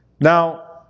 Now